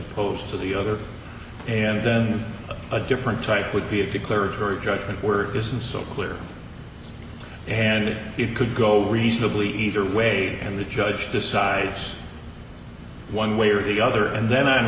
opposed to the other and then a different type would be a declaratory judgment were isn't so clear and it could go reasonably either way and the judge decides one way or the other and then